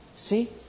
See